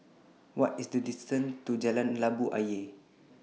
What IS The distance to Jalan Labu Ayer